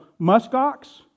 muskox